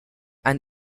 and